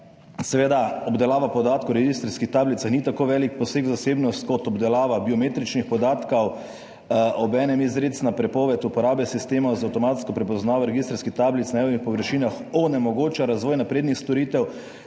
Seveda, obdelava podatkov iz registrskih tablic ni tako velik poseg v zasebnost kot obdelava biometričnih podatkov. Obenem izrecna prepoved uporabe sistemov za avtomatsko prepoznavo registrskih tablic na javnih površinah onemogoča razvoj naprednih storitev